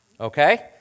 okay